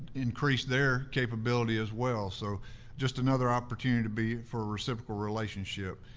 increased their capability as well. so just another opportunity to be for a reciprocal relationship.